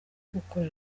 gukora